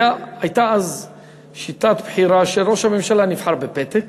הייתה אז שיטת בחירה שראש הממשלה נבחר בפתק